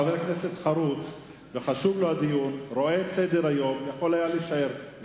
חבר כנסת חרוץ ושחשוב לו הדיון רואה את סדר-היום ויכול היה להישאר.